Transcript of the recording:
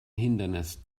hindernis